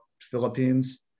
Philippines